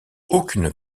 aucune